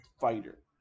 fighter